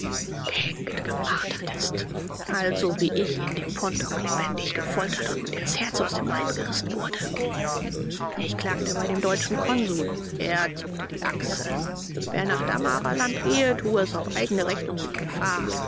gehängt gemartert ist also wie ich in dem pontok lebendig gefoltert und mir das herz aus dem leibe gerissen wurde ich klagte bei dem deutschen konsul er zuckte die achseln wer nach damaraland gehe tue es auf eigne rechnung und gefahr